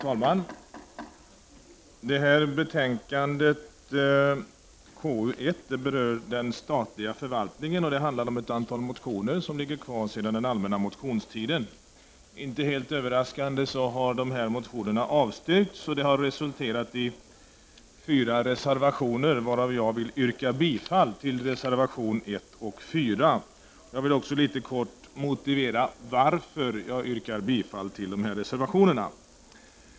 Herr talman! Betänkandet KU1 berör den statliga förvaltningen och handlar om ett antal motioner som ligger kvar sedan den allmänna motionstiden. Inte helt överraskande har motionerna avstyrkts, vilket resulterat i fyra reservationer, varav jag vill yrka bifall till reservationerna 1 och 4. Jag vill också kort motivera varför jag yrkar bifall till dessa reservationer.